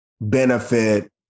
benefit